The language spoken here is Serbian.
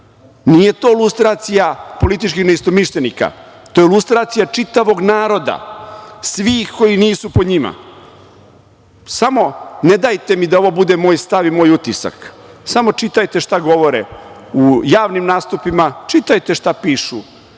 Nije to lustracija političkih neistomišljenika. To je lustracija čitavog naroda, svih koji nisu pod njima. Samo ne dajte mi da ovo bude moj stav i moj utisak, samo čitajte šta govore u javnim nastupima, čitajte šta pišu